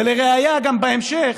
ולראיה, גם בהמשך